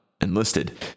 enlisted